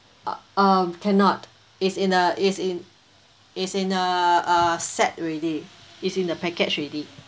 uh um cannot it's in a it's in it's in uh err set already it's in the package already